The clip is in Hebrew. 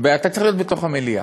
אתה צריך להיות בתוך המליאה.